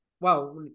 Wow